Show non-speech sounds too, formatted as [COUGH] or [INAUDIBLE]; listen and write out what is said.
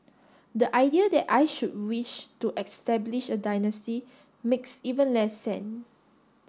the idea that I should wish to establish a dynasty makes even less [UNINTELLIGIBLE]